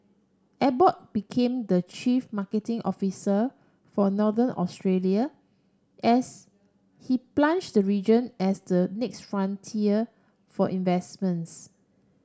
Abbott became the chief marketing officer for Northern Australia as he plunge the region as the next frontier for investments